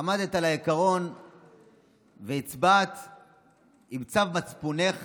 עמדת על העיקרון והצבעת על פי צו מצפונך